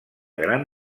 gran